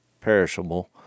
perishable